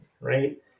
right